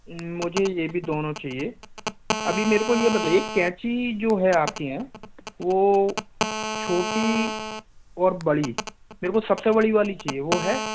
मुझे यह भी दोनों चाहिए अभी मुझे यह बताइए कैंची जो हैं आपके यहाँ वो छोटी और बड़ी मुझे सबसे बड़ी वाली चाहिए वो हैं